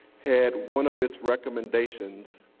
had one of its recommendations